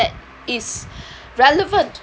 that is relevant